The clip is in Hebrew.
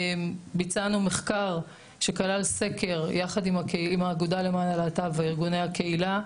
ביצענו מחקר שכלל סקר יחד עם האגודה למען הלהט"ב וארגוני הקהילה,